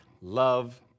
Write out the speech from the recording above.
Love